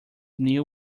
new